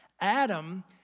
Adam